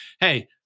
hey